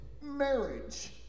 marriage